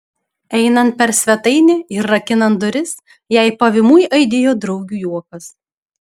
einant per svetainę ir rakinant duris jai pavymui aidėjo draugių juokas